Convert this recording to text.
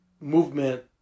movement